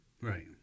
right